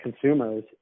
consumers